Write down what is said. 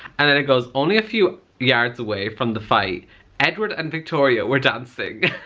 and then it goes only a few yards away from the fight edward and victoria we're dancing